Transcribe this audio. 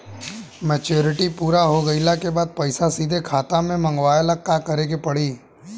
Maturity पूरा हो गइला के बाद पईसा सीधे खाता में मँगवाए ला का करे के पड़ी?